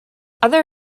other